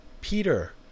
Peter